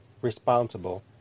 responsible